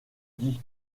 dis